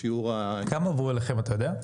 כמה עברו אליכם, אתה יודע?